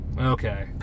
okay